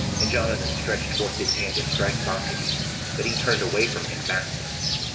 and jonathan stretched forth his hand to strike bacchides, but he turned away from him backwards.